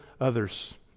others